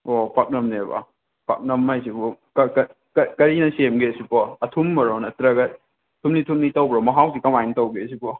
ꯑꯣ ꯄꯥꯛꯅꯝꯅꯦꯕ ꯄꯥꯛꯅꯝ ꯍꯥꯏꯁꯤꯕꯨ ꯀꯔꯤꯅ ꯁꯦꯝꯒꯦ ꯁꯤꯕꯣ ꯑꯊꯨꯝꯕꯔꯣ ꯅꯠꯇ꯭ꯔꯒ ꯊꯨꯝꯂꯤ ꯊꯨꯝꯂꯤ ꯇꯧꯕ꯭ꯔꯣ ꯃꯍꯥꯎꯗꯤ ꯀꯃꯥꯏꯅ ꯇꯧꯒꯦ ꯁꯤꯕꯣ